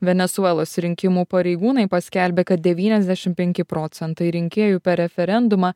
venesuelos rinkimų pareigūnai paskelbė kad devyniasdešim penki procentai rinkėjų per referendumą